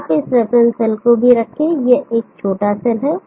आप इस reference cell को भी रखें यह एक छोटा सेल है